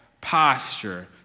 posture